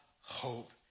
hope